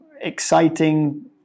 exciting